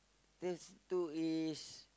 this two is